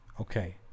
okay